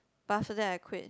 pass then I quit